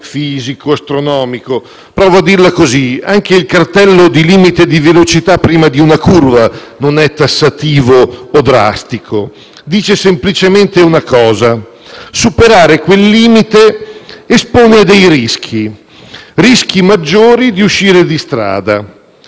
fisico e astronomico. Provo a spiegarlo così: anche il cartello di limite di velocità prima di una curva non è tassativo o drastico. Dice semplicemente una cosa: superare quel limite espone a dei rischi maggiori di uscire di strada.